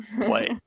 play